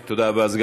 תודה רבה, אדוני.